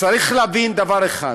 צריך להבין דבר אחד,